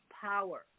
power